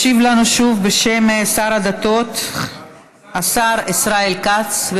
ישיב לנו שוב בשם שר הדתות השר ישראל כץ.